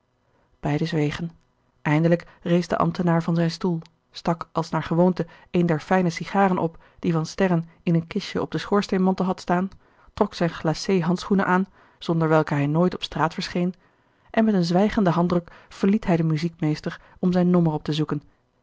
beiden zwegen eindelijk rees de ambtenfaar van zijn stoel stak als naar gewoonte een der fijne sigaren op die van sterren in een kistje op den schoorsteenmantel had staan trok zijne glacé handschoenen aan zonder welke hij nooit op straat verscheen en met een zwijgenden handdruk verliet hij den muziekmeester om zijn nommer op te zoeken